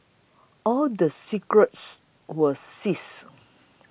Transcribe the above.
all the cigarettes were seized